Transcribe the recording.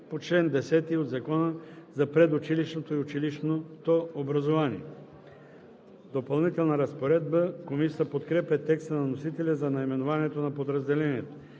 по чл. 10 от Закона за предучилищното и училищното образование.“ „Допълнителна разпоредба“. Комисията подкрепя текста на вносителя за наименованието на подразделението.